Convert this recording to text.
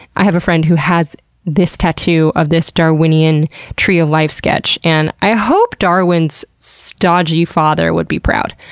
i have a friend who has this tattoo of this darwinian tree of life sketch, and i hope darwin's stodgy father would be proud.